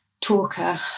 talker